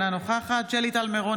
אינה נוכחת שלי טל מירון,